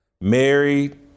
Married